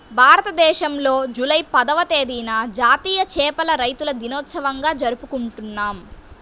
భారతదేశంలో జూలై పదవ తేదీన జాతీయ చేపల రైతుల దినోత్సవంగా జరుపుకుంటున్నాం